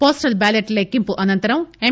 postal ballot లెక్కింపు అనంతరం ఎం